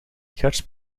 gers